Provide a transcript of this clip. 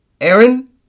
Aaron